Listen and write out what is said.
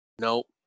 Nope